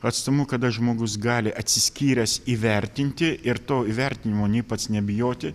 atstumu kada žmogus gali atsiskyręs įvertinti ir to įvertinimo nei pats nebijoti